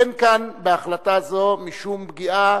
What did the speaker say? אין כאן, בהחלטה זו, משום פגיעה